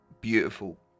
beautiful